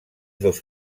dos